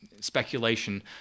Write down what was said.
speculation